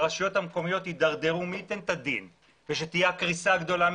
מי ייתן את הדין כשהרשויות תידרדרנה?